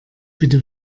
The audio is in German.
bitte